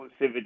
exclusivity